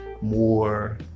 more